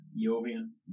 Jovian